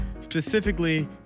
Specifically